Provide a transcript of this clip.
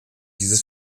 dieses